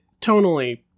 tonally